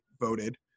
voted